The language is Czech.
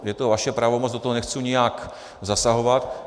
Je to vaše pravomoc, do toho nechci nijak zasahovat.